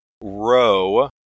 row